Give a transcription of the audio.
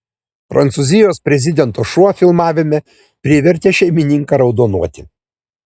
prancūzijos prezidento šuo filmavime privertė šeimininką raudonuoti